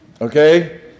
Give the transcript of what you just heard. Okay